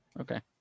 Okay